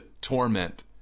torment